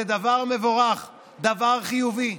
זה דבר מבורך, דבר חיובי.